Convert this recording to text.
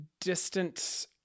distant